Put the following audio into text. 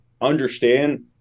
understand